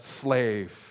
slave